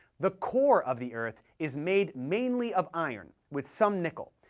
the core of the earth is made mainly of iron, with some nickel,